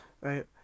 Right